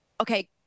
Okay